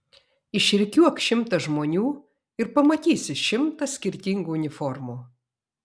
išrikiuok šimtą žmonių ir pamatysi šimtą skirtingų uniformų